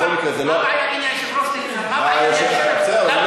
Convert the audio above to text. אבל בכל מקרה, זה לא, מה הבעיה אם היושב-ראש